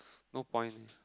no point